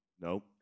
No